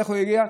ואיך הגיעו,